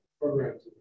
programs